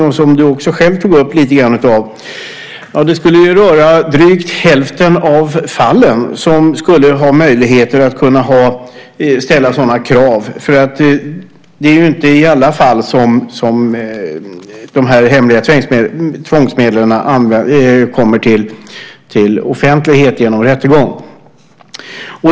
Justitieministern tog ju också själv upp det lite grann. Det skulle röra drygt hälften av fallen som skulle ha möjligheter att kunna ställa sådana krav. Det är inte i alla fall som de hemliga tvångsmedlen kommer till offentlighet genom rättegång.